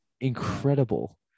Incredible